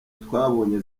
twabonye